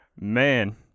Man